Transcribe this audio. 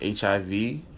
HIV